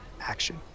action